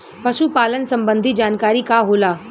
पशु पालन संबंधी जानकारी का होला?